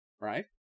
right